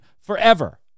forever